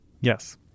Yes